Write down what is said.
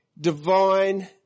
divine